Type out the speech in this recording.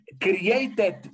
created